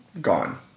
Gone